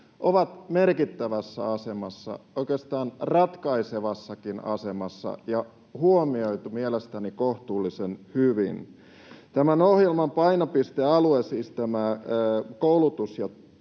ovat merkittävässä asemassa, oikeastaan ratkaisevassakin asemassa, ja ne on huomioitu mielestäni kohtuullisen hyvin. Tämän ohjelman painopisteet, siis koulutus ja